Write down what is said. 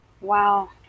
Wow